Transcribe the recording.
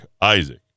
Isaac